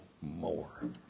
more